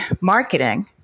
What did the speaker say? marketing